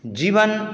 जीवन